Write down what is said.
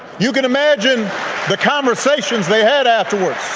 you can imagine the conversations they had afterwards